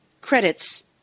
Credits